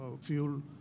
fuel